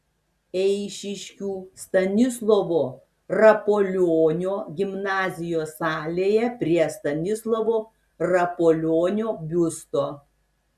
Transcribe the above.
eišiškių stanislovo rapolionio gimnazijos salėje prie stanislovo rapolionio biusto